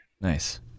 Nice